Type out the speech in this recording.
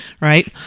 right